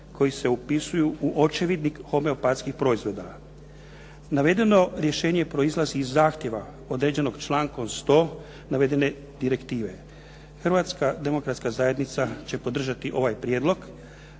Hrvatska demokratska zajednica će podržati ovaj prijedlog.